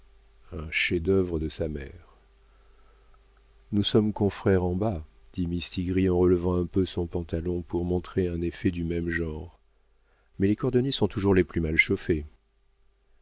un chef-d'œuvre de sa mère nous sommes confrères en bas dit mistigris en relevant un peu son pantalon pour montrer un effet du même genre mais les cordonniers sont toujours les plus mal chauffés